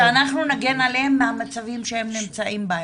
שאנחנו נגן עליהם מהמצבים שהם נמצאים בהם.